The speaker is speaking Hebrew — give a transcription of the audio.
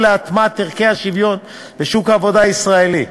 להטמעת ערכי השוויון בשוק העבודה הישראלי.